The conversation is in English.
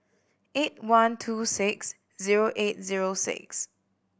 eight one two six zero eight zero six